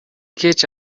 кеч